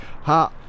Ha